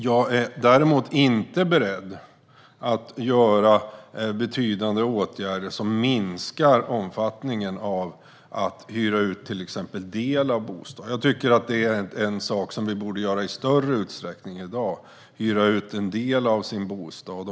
Jag är däremot inte beredd att vidta betydande åtgärder som minskar omfattningen av uthyrningen av en del av en bostad. Jag tycker att det är något som vi borde göra i större utsträckning än i dag: hyra ut en del av vår bostad.